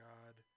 God